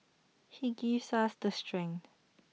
he gives us the strength